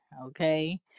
Okay